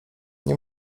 nie